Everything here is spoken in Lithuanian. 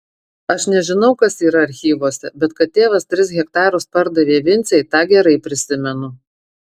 aš nežinau kas yra archyvuose bet kad tėvas tris hektarus pardavė vincei tą gerai prisimenu